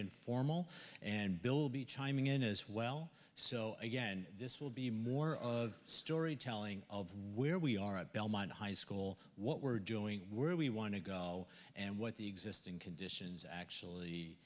informal and bilby chime in as well so again this will be more of story telling of where we are at belmont high school what we're doing we're we want to go and what the existing conditions actually